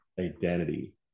identity